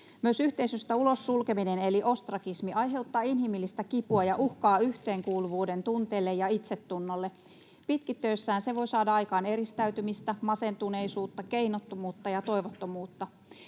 Myös yhteisöstä ulos sulkeminen eli ostrakismi aiheuttaa inhimillistä kipua ja uhkaa yhteenkuuluvuudentunteelle ja itsetunnolle. Pitkittyessään se voi saada aikaan eristäytymistä, masentuneisuutta, keinottomuutta ja toivottomuutta.